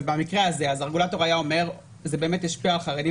במקרה הזה הרגולטור היה אומר שזה באמת השפיע על חרדים